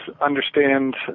understand